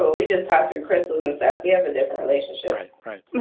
we just have to. christine, you have a different relationship, right? right. yeah